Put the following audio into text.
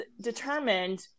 determined